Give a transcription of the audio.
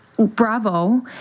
Bravo